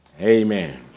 Amen